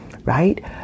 Right